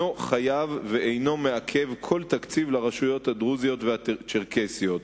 חייב ואינו מעכב כל תקציב לרשויות הדרוזיות והצ'רקסיות.